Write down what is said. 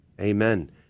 Amen